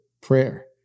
prayer